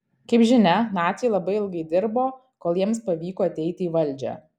kaip žinia naciai labai ilgai dirbo kol jiems pavyko ateiti į valdžią